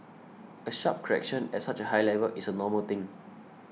a sharp correction at such a high level is a normal thing